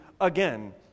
again